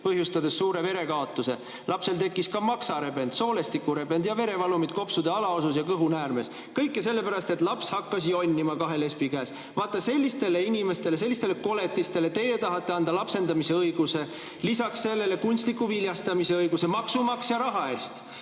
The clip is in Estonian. põhjustades suure verekaotuse. Lapsel tekkisid ka maksarebend, soolestikurebend, verevalumid kopsude alaosas ja kõhunäärmes. Kõik [juhtus] sellepärast, et laps hakkas jonnima kahe lesbi käes. Vaat sellistele inimestele, sellistele koletistele teie tahate anda lapsendamise õiguse! Ja lisaks sellele kunstliku viljastamise õiguse maksumaksja raha eest!